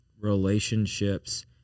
Relationships